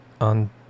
on